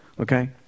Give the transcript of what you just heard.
okay